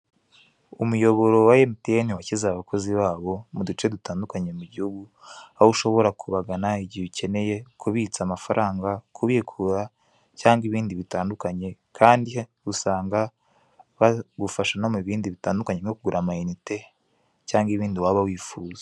Umuyoboro wa emutiyeni washyizeho abakozi babo mu duce dutandukanye mu gihugu, aho ushobora kubagana igihe ukeneye kubitsa amafaranga, kubikura, cyangwa ibindi bitandukanye kandi usanga bagufasha no mu bindi bitandukanye nko kugura amayinite, cyangwa ibindi waba wifuza.